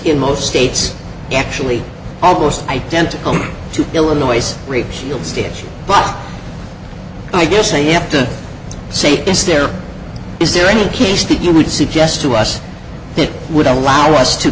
in most states actually almost identical to illinois rape shield states but i guess they have to say is there is there any case that you would suggest to us that would allow us to